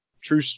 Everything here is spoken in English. true